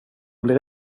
blir